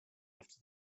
after